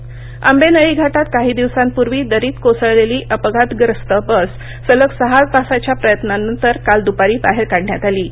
bus Ambenali घाटात काही दिवसांपूर्वी दरीत कोसळलेली अपघातप्रस्त बस सलग सहा तासाच्या प्रयत्नांनंतर काल दुपारी बाहेर काढण्यात आली